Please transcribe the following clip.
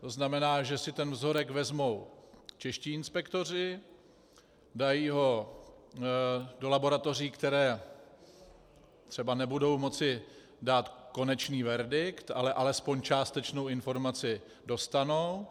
To znamená, že si ten vzorek vezmou čeští inspektoři, dají ho do laboratoří, které třeba nebudou moci dát konečný verdikt, ale alespoň částečnou informaci dostanou.